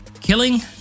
killing